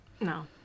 No